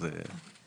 לגבי שטחי ציבור.